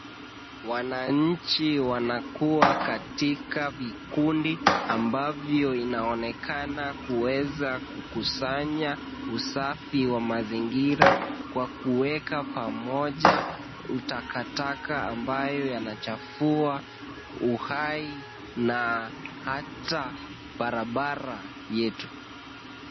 Wananchi wanakuwa katika vikundi ambavyo inawezekana kuweza kukusanya usafi wa mazingira, kwa kuweka pamoja takataka ambayo inachagua uhai na hata barabara yetu.